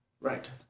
Right